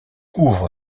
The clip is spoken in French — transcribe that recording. ouvre